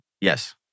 Yes